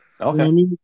Okay